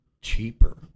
cheaper